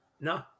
No